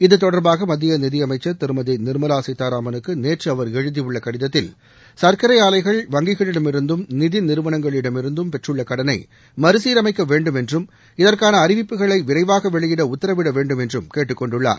இதுதொடர்பாக மத்திய நிதியமைச்சர் திருமதி நிர்மலா சீதாராமனுக்கு இன்று அவர் எழுதியுள்ள கடிதத்தில் சர்க்கரை ஆலைகள் வங்கிகளிடமிருந்தும் நிதி நிறுவனங்களிடமிருந்தும் பெற்றுள்ள கடனை மறுசீரமைக்க வேண்டும் என்றும் இதற்கான அறிவிப்புகளை விரைவாக வெளியிட உத்தரவிட வேண்டும் என்றும் கேட்டுக்கொண்டுள்ளார்